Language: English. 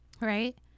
right